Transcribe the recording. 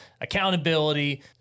Accountability